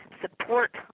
support